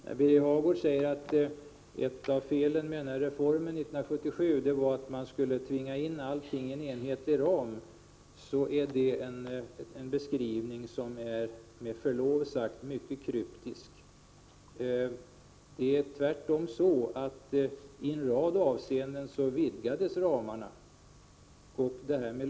Birger Hagård säger att ett fel med reformen 1977 var att all utbildning skulle tvingas in i en enhetlig ram. Det är en beskrivning som är med förlov sagt mycket kryptisk. Tvärtom vidgades ramarna i flera avseenden.